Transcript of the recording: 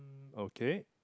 okay